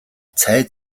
цай